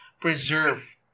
preserve